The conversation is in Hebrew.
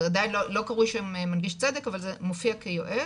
זה עדיין לא קרוי בשם מנגיש צדק אבל זה מופיע כיועץ,